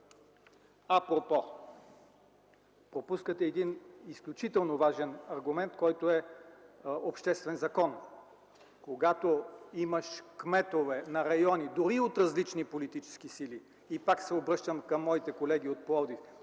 Апропо! Пропускате един изключително важен аргумент, който е обществен закон. Когато имаш кметове на райони, дори от различни политически сили – пак се обръщам към моите колеги от Пловдив,